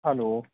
hello